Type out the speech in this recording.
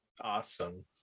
Awesome